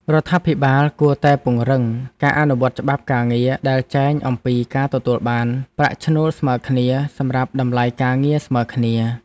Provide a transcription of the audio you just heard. រដ្ឋាភិបាលគួរតែពង្រឹងការអនុវត្តច្បាប់ការងារដែលចែងអំពីការទទួលបានប្រាក់ឈ្នួលស្មើគ្នាសម្រាប់តម្លៃការងារស្មើគ្នា។